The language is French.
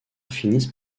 finissent